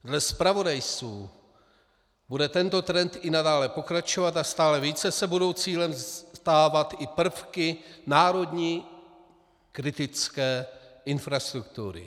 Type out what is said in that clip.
Dle zpravodajců bude tento trend i nadále pokračovat a stále více se budou cílem stávat i prvky národní kritické infrastruktury.